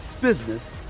business